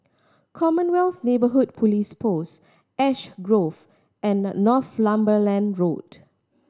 Commonwealth Neighbourhood Police Post Ash Grove and Northumberland Road